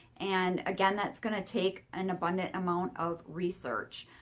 and again, that's going to take an abundant amount of research.